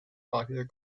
popular